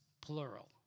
plural